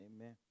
Amen